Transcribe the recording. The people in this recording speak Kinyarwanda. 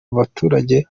abaturage